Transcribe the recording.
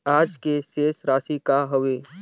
आज के शेष राशि का हवे?